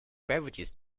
beverages